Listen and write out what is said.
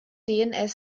dns